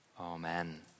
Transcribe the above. Amen